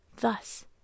Thus